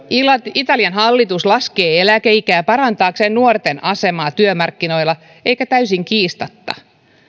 italian hallitus laskee eläkeikää parantaakseen nuorten asemaa työmarkkinoilla eikä täysin kiistatta